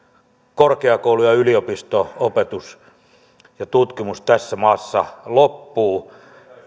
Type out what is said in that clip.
korkeakoulu ja yliopisto opetus ja tutkimustyö tässä maassa loppuvat